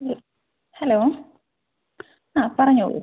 ആ ഹലോ ആ പറഞ്ഞോളൂ